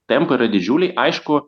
tempai yra didžiuliai aišku